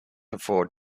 afford